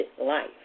life